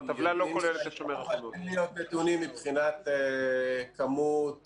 אין לי עדיין נתונים מבחינת כמות